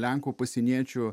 lenkų pasieniečių